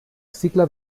cicle